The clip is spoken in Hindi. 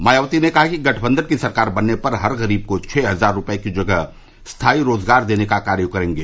मायावती ने कहा कि गठबंधन की सरकार बनने पर हर गरीब को छह हजार रूपये की जगह स्थाई रोजगार देने का कार्य करेंगे